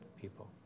people